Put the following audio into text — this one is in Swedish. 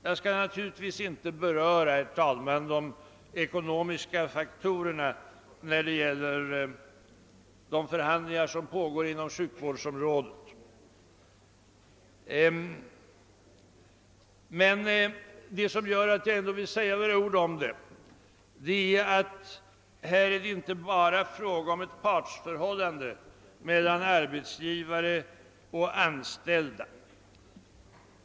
Jag skall naturligtvis inte heller beröra de ekonomiska faktorer som spelar in i de förhandlingar som pågår på sjukvårdsområdet. Men vad som gör att jag ändå vill säga några ord om den saken är, att det här inte bara är fråga om ett partsförhållande mellan arbetsgivare och anställda.